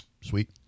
sweet